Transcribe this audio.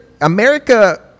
America